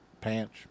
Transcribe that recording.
pants